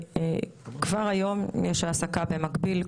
כבר היום יש העסקה במקביל,